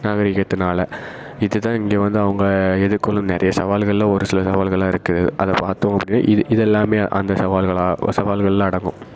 நாகரீகத்தினால இது தான் இங்கே வந்து அவங்க எதிர்கொள்ளும் நிறைய சவால்களில் ஒரு சில சவால்களாக இருக்கு அதை பார்த்தோம் அப்படின்னா இது இது எல்லாமே அந்த சவால்களாக சவால்களில் அடங்கும்